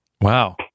Wow